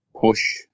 push